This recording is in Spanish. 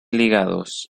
ligados